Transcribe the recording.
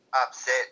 upset